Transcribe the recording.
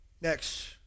Next